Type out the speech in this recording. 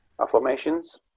Affirmations